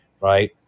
right